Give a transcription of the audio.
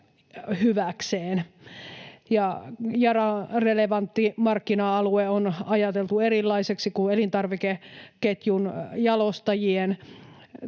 hyväkseen. Yaran relevantti markkina-alue on ajateltu erilaiseksi kuin elintarvikeketjun jalostajien.